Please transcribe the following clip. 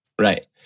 Right